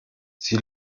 sie